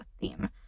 theme